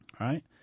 right